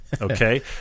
Okay